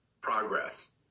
progress